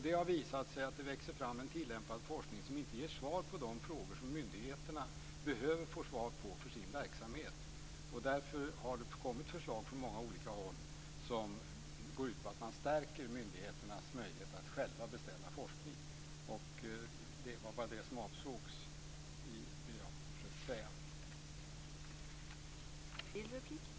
Det har visat sig att det växer fram en tillämpad forskning som inte ger svar på de frågor som myndigheterna behöver få svar på för sin verksamhet, och därför har det kommit förslag från många olika håll som går ut på att man stärker myndigheternas möjlighet att själva beställa forskning. Det var bara det som avsågs i det jag försökte säga.